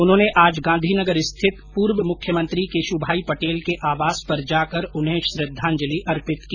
उन्होंने आज गांधीनगर स्थित पूर्व मुख्यमंत्री केशू भाई पटेल के आवास पर जाकर उन्हें श्रद्वांजलि अर्पित की